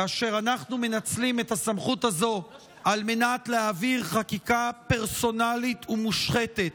כאשר אנחנו מנצלים את הסמכות הזו על מנת להעביר חקיקה פרסונלית ומושחתת,